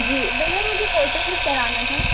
जी भैया मुझे photo shoot कराना था